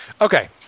okay